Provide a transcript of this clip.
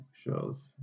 shows